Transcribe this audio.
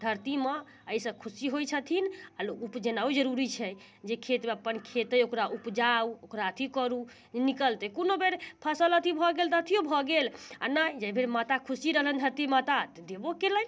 धरती माँ अइसँ खुशी होइ छथिन आओर लोक उपजेनाइयो जरूरी छै जे खेतमे अपन खेत अइ ओकरा उपजाउ ओकरा अथी करू निकलतै कुनो बेर फसल अथी भऽ गेल तऽ अथियो भऽ गेल आओर नहि जै बेर माता खुशी रहलनि धरती माता तऽ देबो केलनि